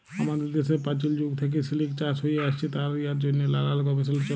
আমাদের দ্যাশে পাচীল যুগ থ্যাইকে সিলিক চাষ হ্যঁয়ে আইসছে আর ইয়ার জ্যনহে লালাল গবেষলা চ্যলে